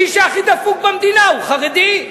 מי שהכי דפוק במדינה הוא חרדי.